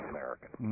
American